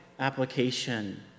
application